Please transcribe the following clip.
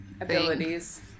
abilities